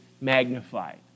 magnified